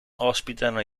ospitano